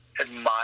admire